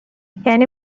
یعنی